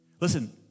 Listen